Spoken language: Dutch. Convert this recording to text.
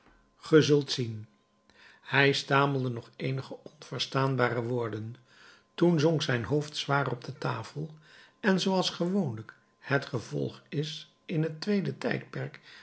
zult zien hij stamelde nog eenige onverstaanbare woorden toen zonk zijn hoofd zwaar op de tafel en zooals gewoonlijk het gevolg is in het tweede tijdperk